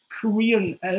Korean